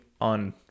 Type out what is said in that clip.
on